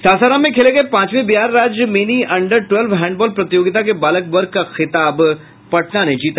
सासाराम में खेले गये पांचवीं बिहार राज्य मिनी अंडर ट्वेल्व हैंडबॉल प्रतियोगिता के बालक वर्ग का खिलाब पटना ने जीता